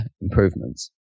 improvements